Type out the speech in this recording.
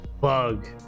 bug